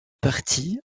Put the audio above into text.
parti